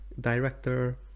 director